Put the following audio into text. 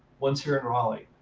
one's here in raleigh.